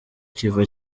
kiva